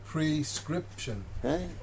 Prescription